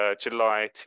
July